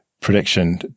Prediction